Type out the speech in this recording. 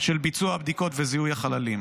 של ביצוע הבדיקות וזיהוי החללים.